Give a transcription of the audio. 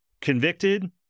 convicted